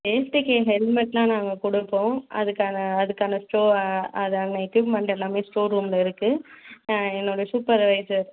சேஃப்ட்டிக்கு ஹெல்மட்டெலாம் நாங்கள் கொடுப்போம் அதுக்கான அதுக்கான ஸ்டோ அதுதான எக்யூப்மெண்ட் எல்லாமே ஸ்டோர் ரூமில் இருக்குது என்னோடய சூப்பர்வைசர்